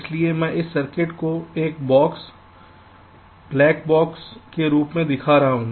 इसलिए मैं इस सर्किट को एक बॉक्स ब्लैक बॉक्स के रूप में दिखा रहा हूं